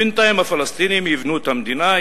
בינתיים הפלסטינים יבנו את המדינה,